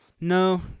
No